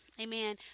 amen